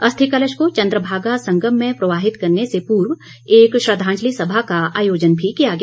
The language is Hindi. अस्थि कलश को चंद्रभागा संगम में प्रवाहित करने से पूर्व एक श्रद्वांजलि सभा का आयोजन भी किया गया